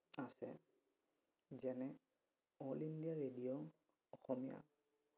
আছে যেনে all India radio অসমীয়া